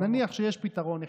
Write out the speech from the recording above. נניח שיש פתרון אחד.